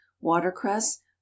watercress